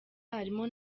harimo